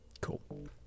Cool